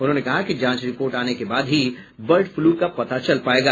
उन्होंने कहा कि जांच रिपोर्ट आने के बाद ही बर्ड फलू का पता चल पाएगा